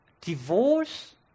divorce